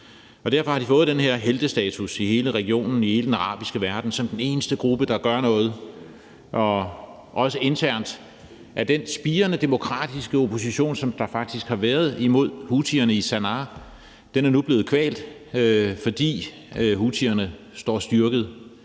Derfor har de fået den her heltestatus i hele regionen, i hele den arabiske verden, som den eneste gruppe, der gør noget. Det gælder også internt, hvor den spirende demokratiske opposition, som der faktisk har været imod houthierne i Sanaá, nu er blevet kvalt, fordi houthierne står styrket